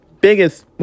biggest